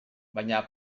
baina